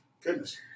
Goodness